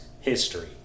history